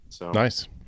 Nice